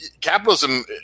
capitalism